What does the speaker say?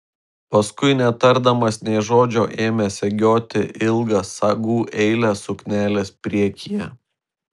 paskui netardamas nė žodžio ėmė segioti ilgą sagų eilę suknelės priekyje